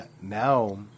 Now